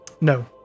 No